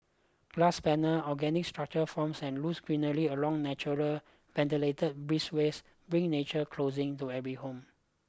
glass panels organic structural forms and lush greenery along naturally ventilated breezeways bring nature closing to every home